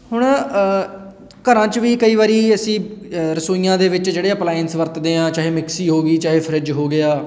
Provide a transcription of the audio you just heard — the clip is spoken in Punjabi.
ਹੁਣ ਘਰਾਂ 'ਚ ਵੀ ਕਈ ਵਾਰੀ ਅਸੀਂ ਰਸੋਈਆਂ ਦੇ ਵਿੱਚ ਜਿਹੜੇ ਅਪਲਾਈਨਸ ਵਰਤਦੇ ਹਾਂ ਚਾਹੇ ਮਿਕਸੀ ਹੋ ਗਈ ਚਾਹੇ ਫਰਿੱਜ ਹੋ ਗਿਆ